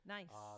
Nice